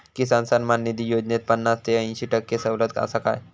किसान सन्मान निधी योजनेत पन्नास ते अंयशी टक्के सवलत आसा काय?